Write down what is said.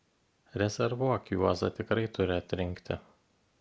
rezervuok juozą tikrai turi atrinkti